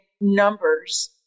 numbers